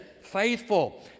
faithful